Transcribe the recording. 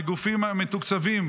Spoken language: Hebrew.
בגופים המתוקצבים